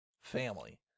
family